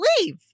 leave